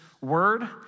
word